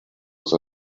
als